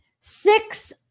Six